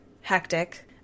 hectic